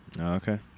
Okay